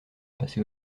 passer